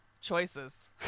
choices